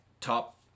top